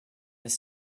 his